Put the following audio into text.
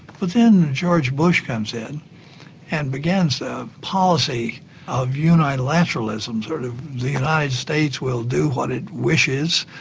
but then george bush comes in and begins a policy of unilateralism, sort of the united states will do what it wishes,